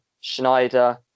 Schneider